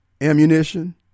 ammunition